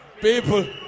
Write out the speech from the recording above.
People